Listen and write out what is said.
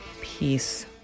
Peace